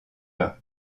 vin